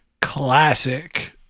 classic